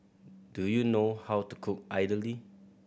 do you know how to cook idly